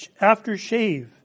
aftershave